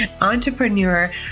entrepreneur